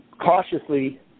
cautiously